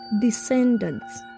descendants